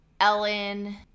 Ellen